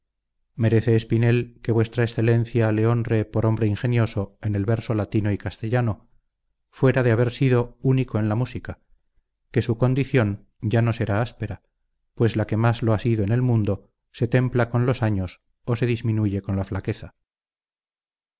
merece espinel que v e le honre por hombre ingenioso en el verso latino y castellano fuera de haber sido único en la música que su condición ya no será áspera pues la que más lo ha sido en el mundo se templa con los años o se disminuye con la flaqueza